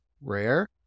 rare